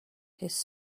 his